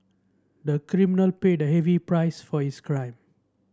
the criminal paid a heavy price for his crime